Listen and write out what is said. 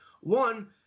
One